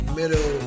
middle